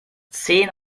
zehn